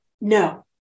no